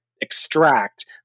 Extract